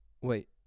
Wait